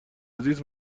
زیست